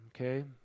okay